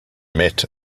met